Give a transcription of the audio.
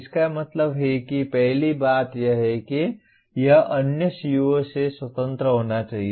इसका मतलब है कि पहली बात यह है कि यह अन्य CO से स्वतंत्र होना चाहिए